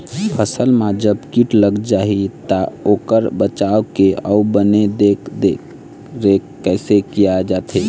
फसल मा जब कीट लग जाही ता ओकर बचाव के अउ बने देख देख रेख कैसे किया जाथे?